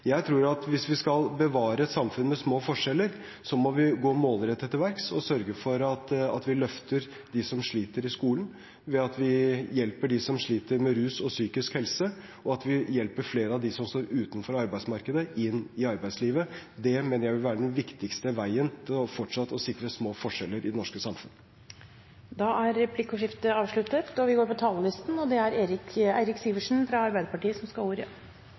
Jeg tror at hvis vi skal bevare et samfunn med små forskjeller, må vi gå målrettet til verks og sørge for at vi løfter dem som sliter i skolen, at vi hjelper dem som sliter med rus og psykisk helse, og at vi hjelper flere av dem som står utenfor arbeidsmarkedet, inn i arbeidslivet. Det mener jeg vil være den viktigste veien for fortsatt å sikre små forskjeller i det norske samfunnet. Replikkordskiftet er avsluttet. Jeg skjønner at dagens tema er fargenyanser, eventuelt mangel på nyanser. Jeg er enig i at det er